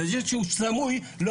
זה שסמוי לא